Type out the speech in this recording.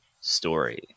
Story